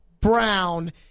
Brown